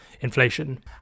inflation